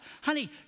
Honey